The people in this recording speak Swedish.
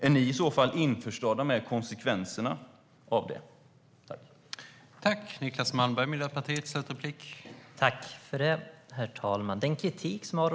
Är ni i så fall införstådda med konsekvenserna av det?